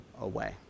away